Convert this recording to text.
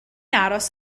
aros